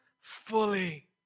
fully